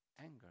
anger